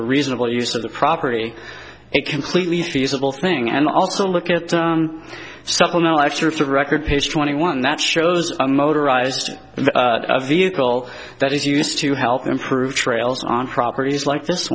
a reasonable use of the property a completely feasible thing and also look at supplemental excerpts of record pace twenty one that shows a motorized vehicle that is used to help improve trails on properties like this